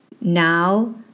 Now